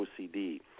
OCD